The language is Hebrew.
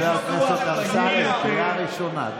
חבר הכנסת אמסלם, קריאה ראשונה.